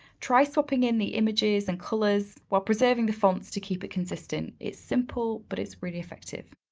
try swapping in the images and colors while preserving the fonts to keep it consistent. it's simple, but it's really effective.